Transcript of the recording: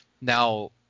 now